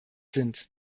sind